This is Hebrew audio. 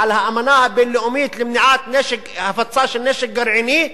על האמנה הבין-לאומית למניעת הפצה של נשק גרעיני,